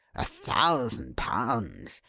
a thousand pounds!